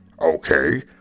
Okay